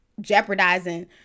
jeopardizing